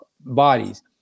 bodies